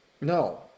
no